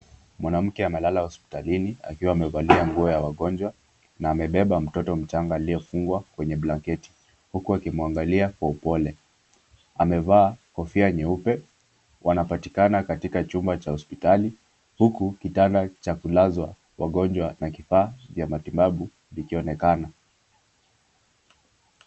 Mwanamke amelala hospitalini akiwa amevalia nguo ya wagonjwa na amebeba mtoto mchanga aliyefungwa kwenye blanketi huku akimwangalia kwa upole. Amevaa kofia nyeupe, wanapatikana katika chumba cha hospitali huku kitanda cha kulazwa wagonjwa na vifaa vya matibabu vikionekana.